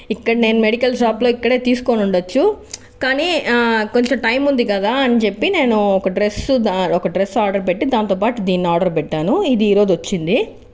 ఇక్కడ నేను మెడికల్ షాప్లో ఇక్కడ తీసుకుని ఉండచ్చు కానీ కొంచెం టైం ఉంది కదా అని చెప్పి నేను ఒక డ్రెస్ ఒక డ్రెస్ ఆర్డర్ పెట్టి దాంతో పాటు దీన్ని ఆర్డర్ పెట్టాను ఇది ఈరోజు వచ్చింది